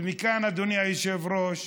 ומכאן, אדוני היושב-ראש,